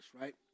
right